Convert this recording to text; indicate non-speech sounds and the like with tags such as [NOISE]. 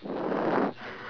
[BREATH]